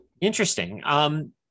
Interesting